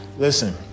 Listen